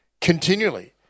continually